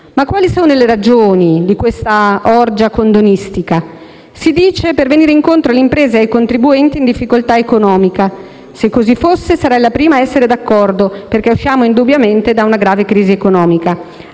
Quali sono le ragioni di questa orgia condonistica? Si dice per venire incontro alle imprese e ai contribuenti in difficoltà economica. Se così fosse sarei la prima a essere d'accordo, perché usciamo indubbiamente da una grave crisi economica,